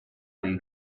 del